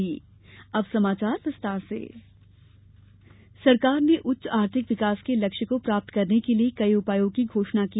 वित्तमंत्री प्रैस सरकार ने उच्च आर्थिक विकास के लक्ष्य को प्राप्त करने के लिए कई उपायों की घोषणा की